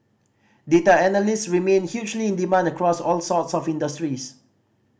data analysts remain hugely in demand across all sorts of industries